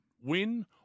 win